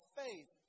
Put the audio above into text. faith